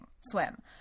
swim